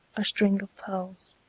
a string of pearls,